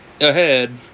ahead